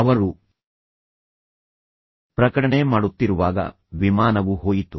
ಅವರು ಪ್ರಕಟಣೆ ಮಾಡುತ್ತಿರುವಾಗ ವಿಮಾನವು ಹೋಯಿತು